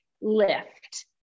lift